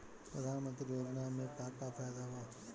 प्रधानमंत्री योजना मे का का फायदा बा?